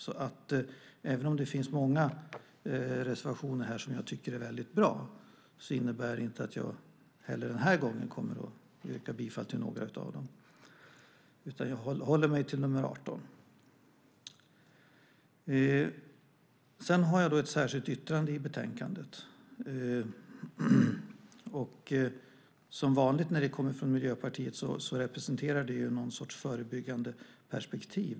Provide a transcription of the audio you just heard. Så även om det finns många reservationer här som jag tycker är väldigt bra, innebär det inte att jag heller denna gång kommer att yrka bifall till några av dem, utan jag yrkar bifall bara till reservation 18. Jag har ett särskilt yttrande i betänkandet. Och som vanligt när det kommer från Miljöpartiet representerar det någon sorts förebyggandeperspektiv.